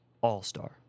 all-star